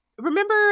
Remember